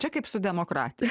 čia kaip su demokratija